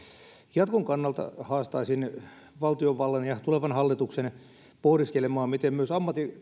jatkon kannalta haastaisin valtiovallan ja tulevan hallituksen pohdiskelemaan miten myös